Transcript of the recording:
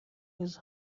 his